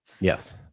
Yes